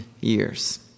years